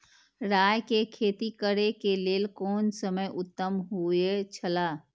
राय के खेती करे के लेल कोन समय उत्तम हुए छला?